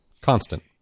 Constant